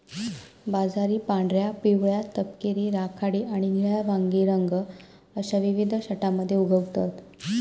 बाजरी पांढऱ्या, पिवळ्या, तपकिरी, राखाडी आणि निळ्या वांगी रंग अश्या विविध छटांमध्ये उगवतत